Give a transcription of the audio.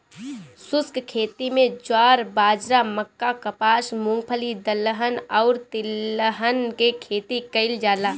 शुष्क खेती में ज्वार, बाजरा, मक्का, कपास, मूंगफली, दलहन अउरी तिलहन के खेती कईल जाला